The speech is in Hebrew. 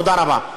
תודה רבה.